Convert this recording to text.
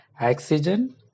oxygen